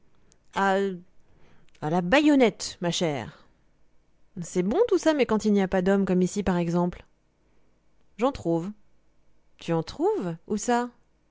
à la bayonnette ma chère c'est bon tout ça mais quand il n'y a pas d'hommes comme ici par exemple j'en trouve tu en trouves où ça